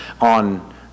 on